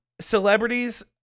celebrities